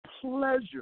pleasure